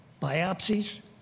biopsies